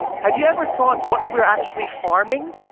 have you ever thought what we're actually farming?